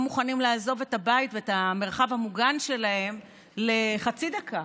מוכנים לעזוב את הבית ואת המרחב המוגן שלהם לחצי דקה,